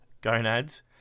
gonads